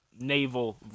Naval